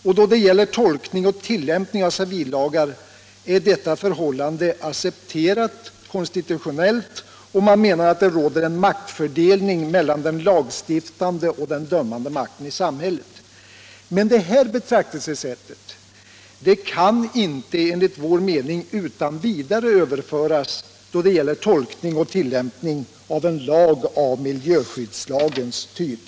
Då det gäller tolkning och tilllämpning av civillagar är detta förhållande accepterat konstitutionellt, och det anses att det råder en maktfördelning mellan den lagstiftande och den dömande makten i samhället. Men det betraktelsesättet kan som vi ser det inte utan vidare överföras då det gäller tolkning och tilllämpning av en lag av miljöskyddslagens typ.